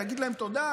תגיד להם תודה,